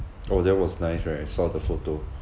oh that was nice right I saw the photo